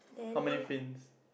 how many fins